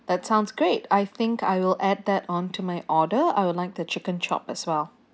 that sounds great I think I will add that on to my order I would like the chicken chop as well